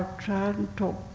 try and talk,